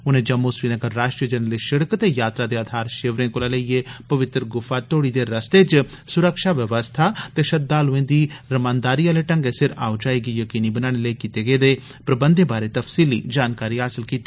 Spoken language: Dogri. उनें जम्मू श्रीनगर राष्ट्रीय जरनैली सड़क ते यात्रा दे आधार शिविर कोला लेइयै पवित्र गुफा तोड़ी दे रस्ते च सुरक्षा व्यवस्था ते श्रद्धालुएं दी रमानदारी आले ढंगै सिर आओ जाई गी यकीनी बनाने लेई कीते गेदे बंदोबस्तें बारै तफसीली जानकारी हासल कीती